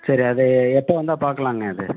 சரி அது எப்போ வந்தால் பார்க்கலாண்ணே அது